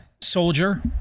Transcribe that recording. soldier